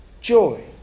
joy